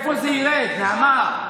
לאיפה זה ירד, נעמה?